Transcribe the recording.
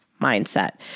mindset